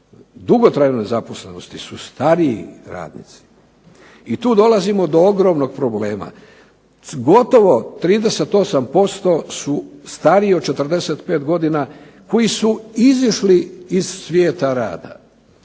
dugotrajnoj nezaposlenosti su stariji radnici i tu dolazimo do ogromnog problema. Gotovo 38% su stariji od 45 godina koji su izašli iz svijeta rada,